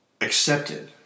accepted